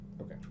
okay